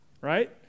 right